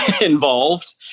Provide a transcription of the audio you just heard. involved